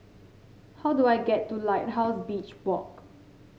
how do I get to Lighthouse Beach Walk